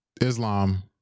Islam